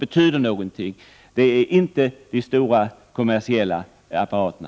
betyder någonting. Vi vill inte uppmuntra de stora kommersiella apparaterna.